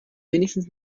wenigstens